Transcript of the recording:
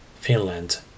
Finland